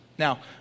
Now